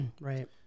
right